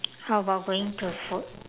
how about going to food